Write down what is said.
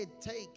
take